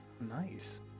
Nice